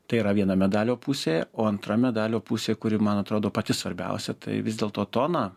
tai yra viena medalio pusė o antra medalio pusė kuri man atrodo pati svarbiausia tai vis dėlto toną